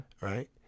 Right